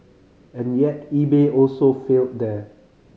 and yet eBay also failed there